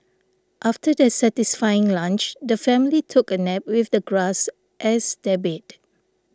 after their satisfying lunch the family took a nap with the grass as their bed